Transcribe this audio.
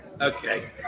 okay